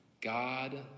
God